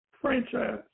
franchise